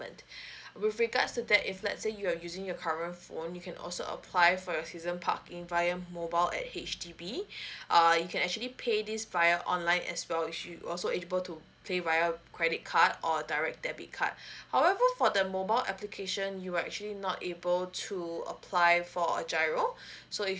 payment with regards to that if let's say you're using your current phone you can also apply for your season parking via mobile at H_D_B err you can actually pay these via online as well you should also able to pay via credit card or direct debit card however for the mobile application you actually not able to apply for a giro so if